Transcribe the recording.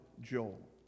Joel